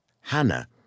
Hannah